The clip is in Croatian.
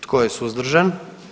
Tko je suzdržan?